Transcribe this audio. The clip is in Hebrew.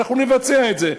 ואנחנו נבצע את זה.